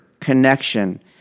connection